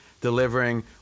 Delivering